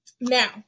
Now